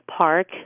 park